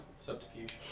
subterfuge